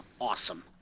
awesome